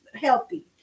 healthy